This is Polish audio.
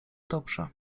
dobrze